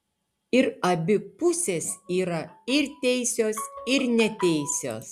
ir abi pusės yra ir teisios ir neteisios